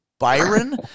Byron